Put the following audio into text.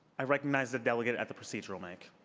i recognize the delegate at the procedural mic.